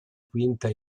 quinta